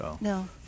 No